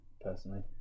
personally